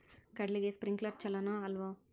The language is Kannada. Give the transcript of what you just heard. ಕಡ್ಲಿಗೆ ಸ್ಪ್ರಿಂಕ್ಲರ್ ಛಲೋನೋ ಅಲ್ವೋ?